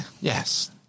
Yes